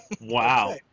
Wow